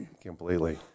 completely